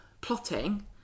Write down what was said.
plotting